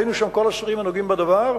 והיינו שם כל השרים הנוגעים בדבר,